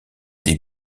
des